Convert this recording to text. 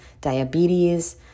diabetes